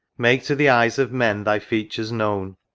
make to the eyes of men thy features known.